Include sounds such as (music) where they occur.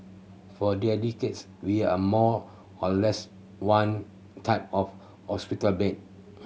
for (unintelligible) decades we are more or less one type of hospital bed